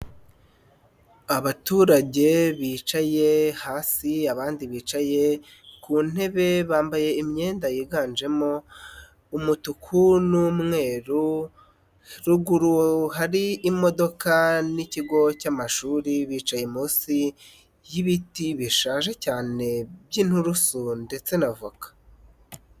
Abaturage bicaye hasi, abandi bicaye ku ntebe, bambaye imyenda yiganjemo umutuku n'umweru, ruguru hari imodoka n'ikigo cy'amashuri. Bicaye munsi y'ibiti bishaje cyane by'inturusu ndetse na voka.